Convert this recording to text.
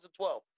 2012